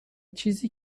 چیزی